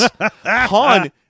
Han